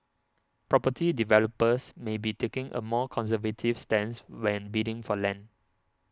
property developers may be taking a more conservative stance when bidding for land